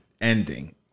Ending